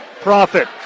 Profit